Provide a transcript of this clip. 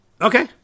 okay